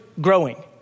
growing